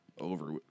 over